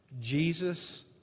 Jesus